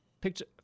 picture